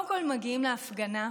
מגיעים להפגנה,